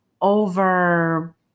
over